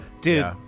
Dude